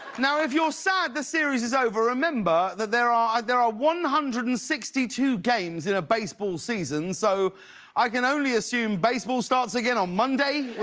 now if you are sad the series is over, remember that there are there are one hundred and sixty two games in a baseball season, so i can only assume baseball starts again on monday?